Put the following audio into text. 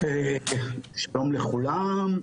שלום לכולם,